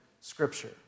Scripture